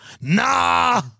nah